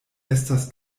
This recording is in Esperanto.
estas